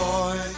Boy